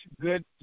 good